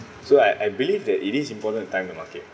so I I believe that it is important to time the market